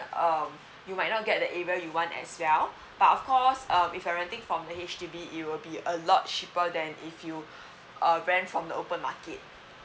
um you might not get the avail you want as well but of course um if you're renting from H_D_B it will be a lot cheaper than if you uh rent from the open market